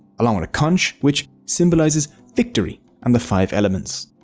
along with a conch, which symbolizes victory and the five elements.